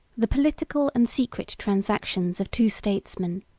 the political and secret transactions of two statesmen,